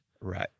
Right